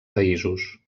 països